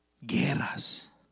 Guerras